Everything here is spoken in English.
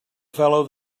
fellow